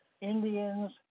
Indians